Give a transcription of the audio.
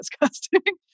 disgusting